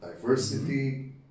Diversity